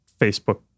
Facebook